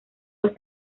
los